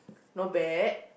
not bad